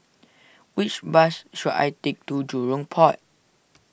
which bus should I take to Jurong Port